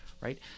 right